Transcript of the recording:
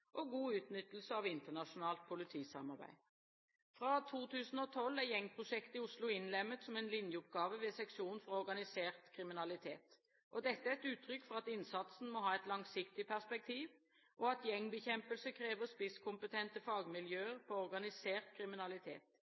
og etterforskingssamarbeid og god utnyttelse av internasjonalt politisamarbeid. Fra 2012 er gjengprosjektet i Oslo innlemmet som en linjeoppgave ved seksjon for organisert kriminalitet, og dette er et uttrykk for at innsatsen må ha et langsiktig perspektiv, og at gjengbekjempelse krever spisskompetente fagmiljøer på organisert kriminalitet.